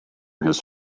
his